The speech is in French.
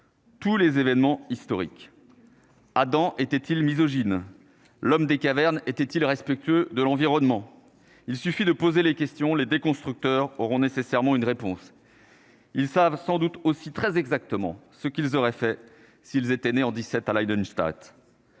Tous les événements historiques Adam était-il misogyne, l'homme des cavernes étaient-ils respectueux de l'environnement, il suffit de poser les questions, les des constructeurs auront nécessairement une réponse. Ils savent sans doute aussi très exactement ce qu'ils auraient fait, s'ils étaient nés en 17 à Leiden.